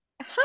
Hi